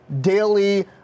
daily